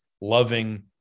loving